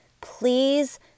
Please